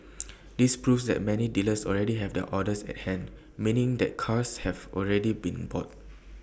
this proves that many dealers already have their orders at hand meaning that cars have already been bought